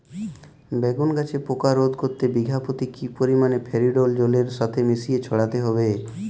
বেগুন গাছে পোকা রোধ করতে বিঘা পতি কি পরিমাণে ফেরিডোল জলের সাথে মিশিয়ে ছড়াতে হবে?